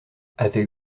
avec